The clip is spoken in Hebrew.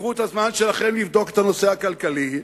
קחו את הזמן שלכם לבדוק את הנושא הכלכלי,